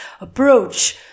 approach